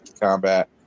combat